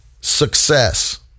success